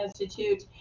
Institute